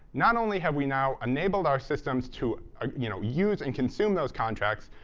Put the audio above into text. not only have we now enabled our systems to you know use and consume those contracts,